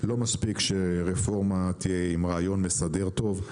לא מספיק שרפורמה תהיה עם רעיון מסדר טוב,